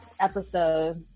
episode